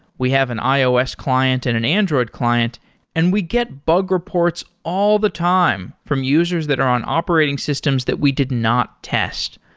we have an ios client and an android client and we get bug reports all the time from users that are on operating systems that we did not test.